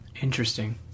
Interesting